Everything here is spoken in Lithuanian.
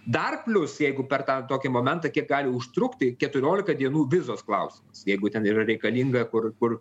dar plius jeigu per tą tokį momentą kiek gali užtrukti keturiolika dienų vizos klausimas jeigu ten yra reikalinga kur kur